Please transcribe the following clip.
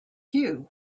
queue